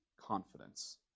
confidence